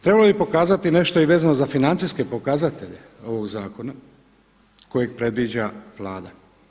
Trebalo bi pokazati nešto i vezano za financijske pokazatelje ovog zakona kojeg predviđa Vlada.